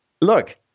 Look